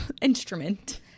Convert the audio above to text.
instrument